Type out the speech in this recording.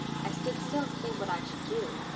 i stood still to think what i should do.